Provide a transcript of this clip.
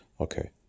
Okay